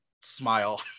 smile